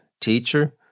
Teacher